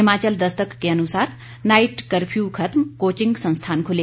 हिमाचल दस्तक के अनुसार नाइट कफ़र्यू खत्म कोचिंग संस्थान खुले